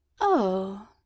Oh